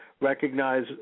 recognize